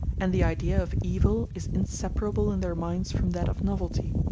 and the idea of evil is inseparable in their minds from that of novelty.